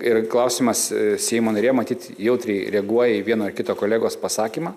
ir klausimas seimo narė matyt jautriai reaguoja į vieno ar kito kolegos pasakymą